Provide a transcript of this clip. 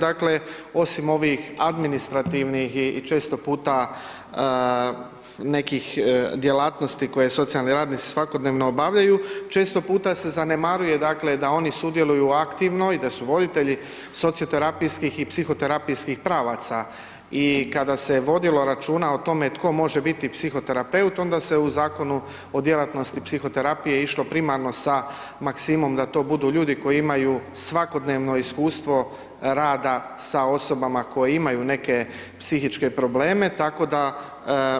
Dakle, osim ovih administrativnih i često puta nekih djelatnosti koje socijalni radnici svakodnevno obavljaju, često puta se zanemaruje, dakle, da oni sudjeluju aktivno i da su voditelji socioterapijskih i psihoterapijskih pravaca i kada se vodilo računa o tome tko može biti psihoterapeut onda se u Zakonu o djelatnosti psihoterapije išlo primarno sa maksimom da to budu ljudi koji imaju svakodnevno iskustvo rada sa osobama koje imaju neke psihičke probleme, tako da,